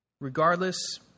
Regardless